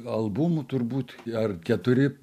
albumų turbūt ar keturi